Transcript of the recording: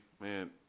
man